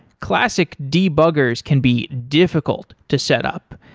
classic debuggers can be difficult to set up,